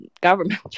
government